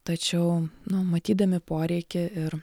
tačiau nu matydami poreikį ir